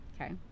Okay